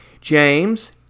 James